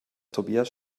tobias